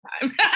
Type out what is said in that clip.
time